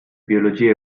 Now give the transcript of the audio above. biologia